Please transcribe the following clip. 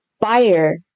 fire